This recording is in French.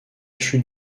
chute